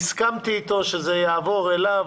והסכמתי איתו שהנושא הזה יעבור אליו,